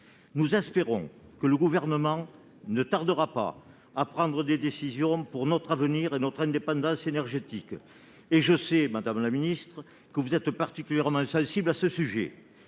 Nous espérons que le Gouvernement ne tardera pas à prendre des décisions pour notre avenir et notre indépendance énergétique, et je sais, madame la ministre, que vous êtes particulièrement sensible à ce sujet.